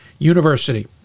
university